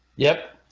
yep,